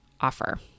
offer